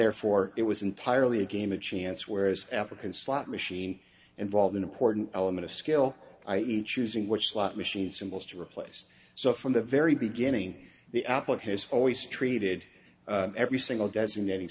therefore it was entirely a game of chance whereas african slot machine involved an important element of skill i e choosing which slot machine symbols to replace so from the very beginning the output has always treated every single designating